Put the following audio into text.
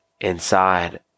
inside